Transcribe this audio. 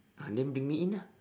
!huh! then bring me in ah